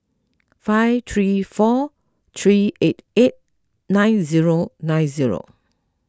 five three four three eight eight nine zero nine zero